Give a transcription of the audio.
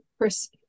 Chris